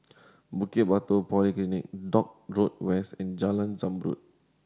Bukit Batok Polyclinic Dock Road West and Jalan Zamrud